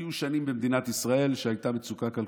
היו שנים במדינת ישראל שהייתה בהן מצוקה כלכלית,